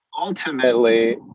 ultimately